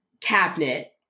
cabinet